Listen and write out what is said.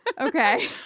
Okay